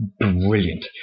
brilliant